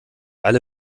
alle